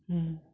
ہوں